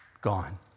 gone